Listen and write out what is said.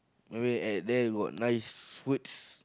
maybe at there you got nice foods